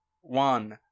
one